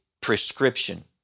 prescription